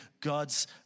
God's